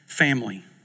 family